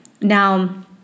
Now